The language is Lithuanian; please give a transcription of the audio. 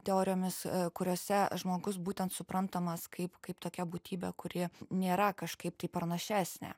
teorijomis kuriose žmogus būtent suprantamas kaip kaip tokia būtybė kuri nėra kažkaip tai pranašesnė